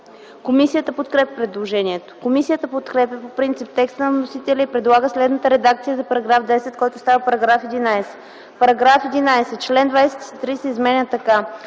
Комисията подкрепя предложението. Комисията подкрепя по принцип текста на вносителя и предлага следната редакция за § 10, който става § 11. „§ 11. Член 23 се изменя така: